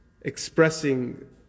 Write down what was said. expressing